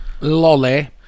Lolly